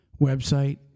website